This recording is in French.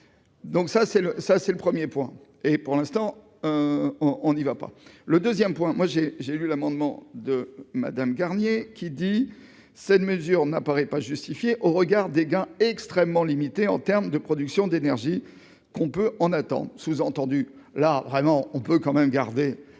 le ça, c'est le 1er point et pour l'instant on on n'y va pas le 2ème point, moi j'ai j'ai lu l'amendement de Madame Garnier, qui dit : cette mesure n'apparaît pas justifiée au regard des gains extrêmement limité en terme de production d'énergie qu'on peut en attendre,